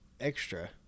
extra